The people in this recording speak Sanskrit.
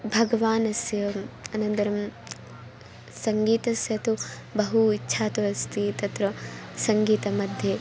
भगवानस्य अनन्तरं सङ्गीतस्य तु बहु इच्छा तु अस्ति तत्र सङ्गीतमध्ये